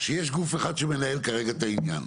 שיש גוף אחד שמנהל כרגע את העניין,